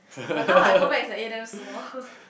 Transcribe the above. but now I go back eh damn small